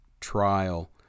trial